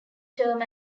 term